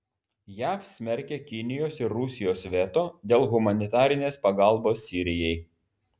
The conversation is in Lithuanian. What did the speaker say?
jav smerkia kinijos ir rusijos veto dėl humanitarinės pagalbos sirijai